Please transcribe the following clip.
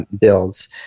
builds